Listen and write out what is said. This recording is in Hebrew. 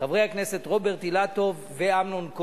חברי חבר הכנסת אלי אפללו,